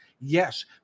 Yes